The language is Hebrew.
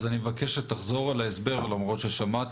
אז אני מבקש שתחזור על ההסבר אף על פי ששמעתי,